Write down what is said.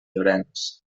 llorenç